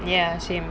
ya same